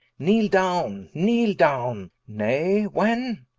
kneele downe, kneele downe nay when?